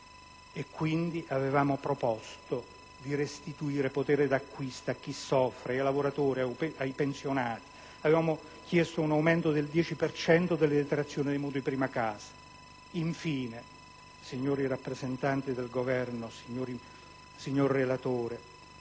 cento. Avevamo proposto, quindi, di restituire potere d'acquisto a chi soffre, ai lavoratori e ai pensionati. Avevamo chiesto un aumento del 10 per cento delle detrazioni dei mutui prima casa. Signor rappresentante del Governo, signor relatore,